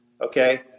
Okay